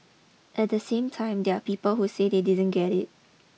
at the same time there are people who say they didn't get it